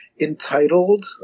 entitled